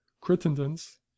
Crittenden's